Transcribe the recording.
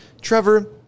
Trevor